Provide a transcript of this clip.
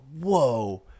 whoa